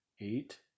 Eight